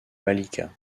malika